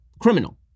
criminal